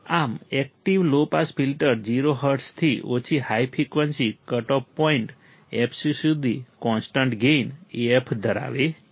આમ active low pass filter 0 હર્ટ્ઝથી high frequency cut off point fc સુધી constant gain AF ધરાવે છે